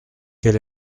quel